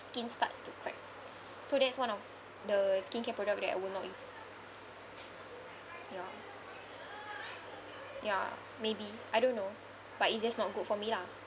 skin starts to crack so that's one of skincare product that I will not use ya ya maybe I don't know but it's just not good for me lah